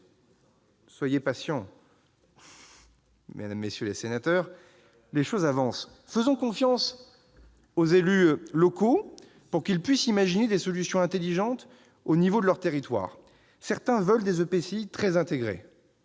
Soyez patients, mesdames, messieurs les sénateurs : les choses avancent ! Faisons confiance aux élus locaux pour imaginer des solutions intelligentes à l'échelle de leur territoire. Certains veulent des EPCI très intégrés,